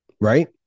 right